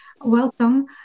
Welcome